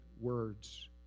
words